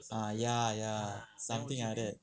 ah ya something like that